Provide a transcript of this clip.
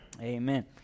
Amen